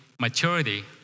maturity